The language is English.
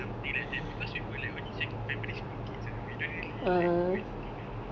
something like that because we were only like sec~ primary school kids what we don't really like don't know anything ah